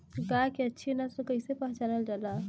गाय के अच्छी नस्ल कइसे पहचानल जाला?